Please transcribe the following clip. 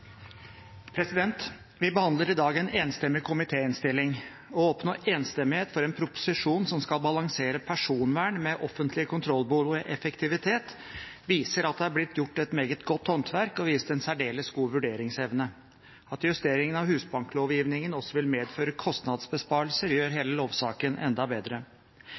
Vi behandler i dag en enstemmig komitéinnstilling. Det å oppnå enstemmighet for en proposisjon som skal balansere personvern med offentlige kontrollbehov og effektivitet, viser at det har blitt gjort et meget godt håndverk og vist en særdeles god vurderingsevne. At justeringer av husbanklovgivningen også vil medføre kostnadsbesparelser, gjør hele lovsaken enda bedre.